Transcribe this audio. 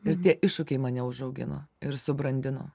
ir tie iššūkiai mane užaugino ir subrandino